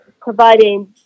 providing